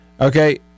Okay